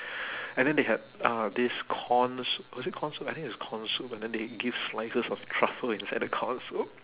and then they had uh this corn soup was it corn soup I think it's corn soup and then they give slices of truffle inside the corn soup